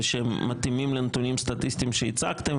ושהם מתאימים לנתונים סטטיסטיים שהצגתם,